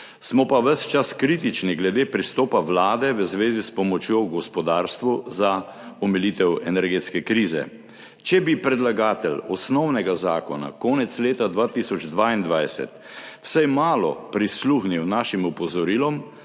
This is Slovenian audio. Smo pa ves čas kritični glede pristopa Vlade v zvezi s pomočjo gospodarstvu za omilitev energetske krize. Če bi predlagatelj osnovnega zakona konec leta 2022 vsaj malo prisluhnil našim opozorilom,